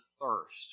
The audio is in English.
thirst